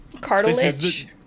Cartilage